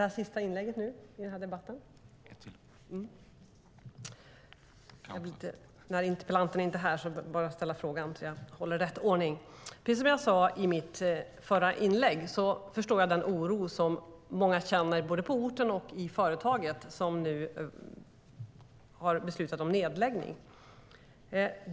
Herr talman! Precis som jag sade i mitt förra inlägg förstår jag den oro som många känner, både på orten och i företaget som nu har beslutat om nedläggning.